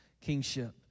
kingship